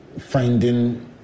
finding